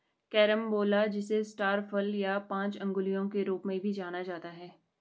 carambola जिसे star फल या पांच अंगुलियों के रूप में भी जाना जाता है